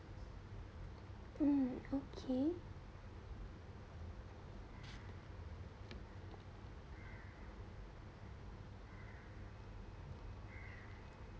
mm okay